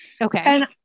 Okay